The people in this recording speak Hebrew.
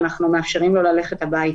אנחנו מאפשרים לו ללכת הביתה.